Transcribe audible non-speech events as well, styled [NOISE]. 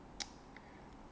[NOISE]